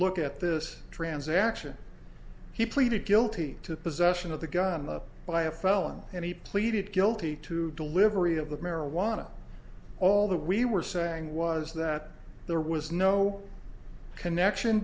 look at this transaction he pleaded guilty to possession of the gun up by a felon and he pleaded guilty to delivery of the marijuana although we were saying was that there was no connection